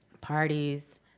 parties